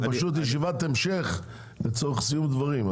זאת ישיבת המשך לצורך סיום דברים.